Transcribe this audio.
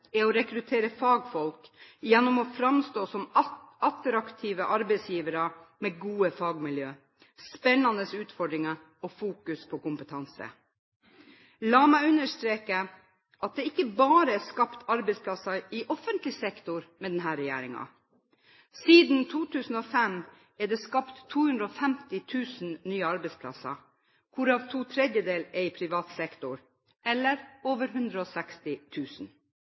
er å rekruttere fagfolk gjennom å framstå som attraktive arbeidsgivere med gode fagmiljø, spennende utfordringer og fokus på kompetanse. La meg understreke at det ikke bare er skapt arbeidsplasser i offentlig sektor med denne regjeringen. Siden 2005 er det skapt 250 000 nye arbeidsplasser, hvorav to tredjedeler er i privat sektor – eller over